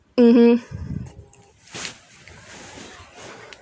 mmhmm